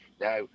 Now